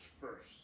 first